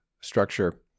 structure